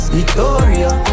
Victoria